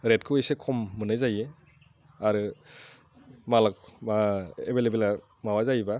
रेटखौ एसे खम मोननाय जायो आरो मालआ एभैलेबोल माबा जायोबा